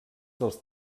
dels